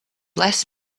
less